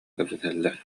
кэпсэтэллэр